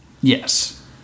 Yes